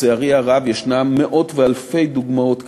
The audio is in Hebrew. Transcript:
לצערי הרב ישנן מאות ואלפי דוגמאות כאלה.